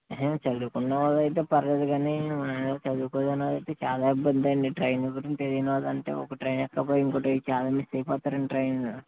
చదువుకున్న వాళ్ళైతే పర్లేదు కానీ నాలా చదువుకోని వాళ్ళైతే చాలా ఇబ్బందండి ట్రైను గురించి తేలీన వాళ్ళుంటే ఒక ట్రైన్ ఎక్కబోయి ఇంకోట్రై చాలా మిస్ అయిపోతారండి ట్రైను